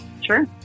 Sure